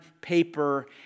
paper